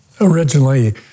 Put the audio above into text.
Originally